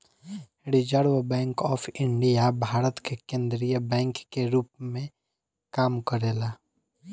reserve Bank of India Bharat के केंद्रीय bank के रूप में काम करेला